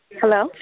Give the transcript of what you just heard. Hello